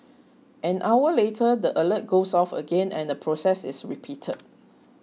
an hour later the alert goes off again and the process is repeated